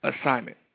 assignment